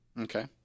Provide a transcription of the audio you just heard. Okay